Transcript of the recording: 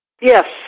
Yes